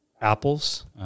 apples